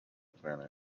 planet